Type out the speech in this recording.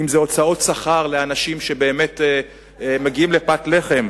אם זה הוצאות שכר לאנשים שבאמת מגיעים לפת לחם,